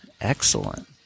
Excellent